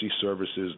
services